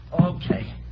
Okay